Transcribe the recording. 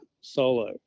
Solo